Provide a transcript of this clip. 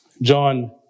John